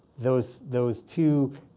those those two